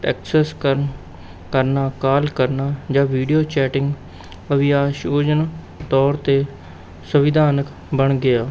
Texas ਕਰਨ ਕਰਨਾ ਕਾਲ ਕਰਨਾ ਜਾਂ ਵੀਡਿਓ ਚੈਟਿੰਗ ਤੌਰ 'ਤੇ ਸੰਵਿਧਾਨਿਕ ਬਣ ਗਿਆ